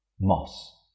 Moss